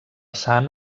sant